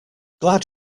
glad